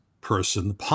person